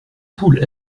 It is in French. poules